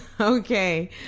Okay